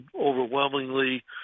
overwhelmingly